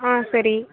ஆ சரி